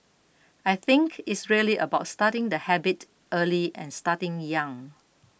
I think it's really about starting the habit early and starting young